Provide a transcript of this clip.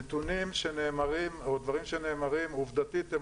נתונים או דברים שנאמרים עובדתית הם